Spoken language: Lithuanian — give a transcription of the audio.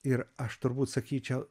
ir aš turbūt sakyčiau